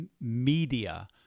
media